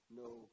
no